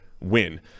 win